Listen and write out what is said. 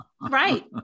Right